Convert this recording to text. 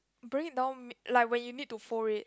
bring it down m~ like you need to fold it